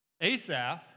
Asaph